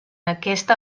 aquesta